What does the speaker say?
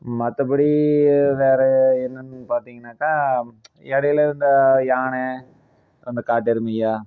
மற்றபடி வேறு என்னென்னு பார்த்தீங்கன்னாக்கா இடையில இந்த யானை அந்த காட்டெருமைங்க